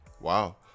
wow